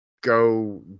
go